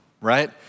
right